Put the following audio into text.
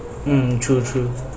um true true